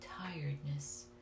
tiredness